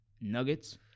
Nuggets